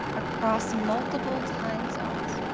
across multiple time zones,